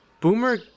Boomer